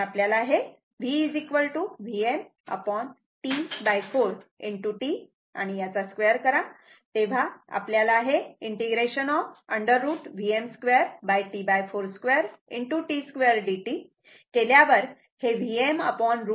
म्हणून आपल्याला v Vm T4 t आणि याचा स्क्वेअर करा तेव्हा आपल्याला हे ∫√Vm2T42 t2 dt केल्यावर Vm√3 असे मिळते